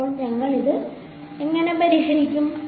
അപ്പോൾ ഞങ്ങൾ അത് എങ്ങനെ പരിഹരിക്കും